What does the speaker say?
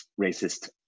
racist